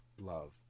love